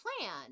plan